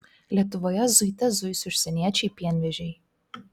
lietuvoje zuite zuis užsieniečiai pienvežiai